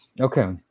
okay